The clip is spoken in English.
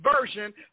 version